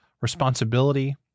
responsibility